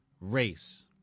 race